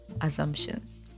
assumptions